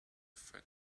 fit